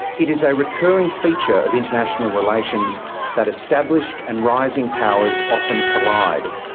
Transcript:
it is a recurring feature of international relations that established and rising powers often collide.